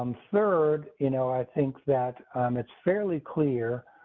um third. you know i think that it's fairly clear.